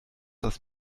das